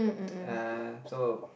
uh so